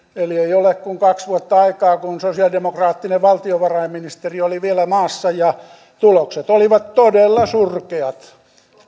eli ei ole kuin kaksi vuotta aikaa siitä kun sosialidemokraattinen valtiovarainministeri oli vielä maassa ja tulokset olivat todella surkeat